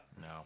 No